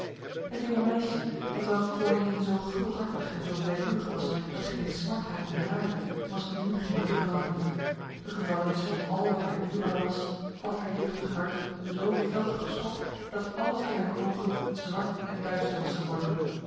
het jonge meisje hetwelk voorheen zo gulhartig en zo blijmoedig was dat geen smart haar kon raken was nu geheel veranderd de gevangenis van al wat haar duurbaar was had haar jeugdig hart zo fel geschokt dat alles in haar ogen zwart en duister was geworden